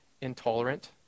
intolerant